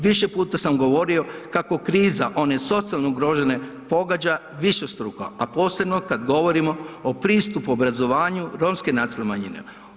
Više puta sam govorio kako kriza one socijalno ugrožene pogađa višestruko, a posebno kad govorimo o pristupu obrazovanju romske nacionalne manjine.